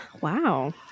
Wow